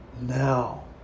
Now